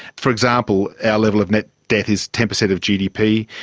for example, our level of net debt is ten percent of gdp.